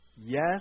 Yes